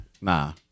Nah